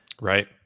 Right